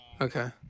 okay